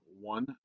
one